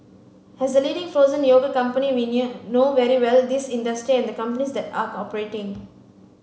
as the leading frozen yogurt company we knew know very well this industry and the companies that are operating